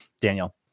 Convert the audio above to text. Daniel